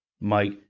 Mike